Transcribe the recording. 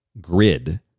grid